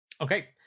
Okay